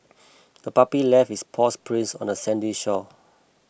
the puppy left its paw prints on the sandy shore